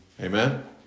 Amen